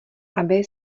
aby